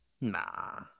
Nah